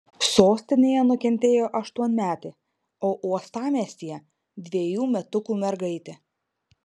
sostinėje nukentėjo aštuonmetė o uostamiestyje dvejų metukų mergaitė